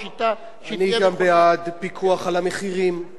אני גם בעד פיקוח על המחירים בדברים האלה,